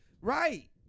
Right